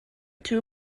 two